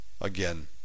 again